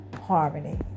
harmony